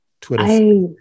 Twitter